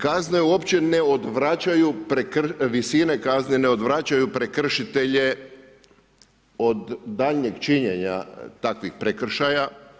Kazne uopće ne odvraćaju, visine kazne ne odvraćaju prekršitelje od daljnjeg činjenja takvih prekršaja.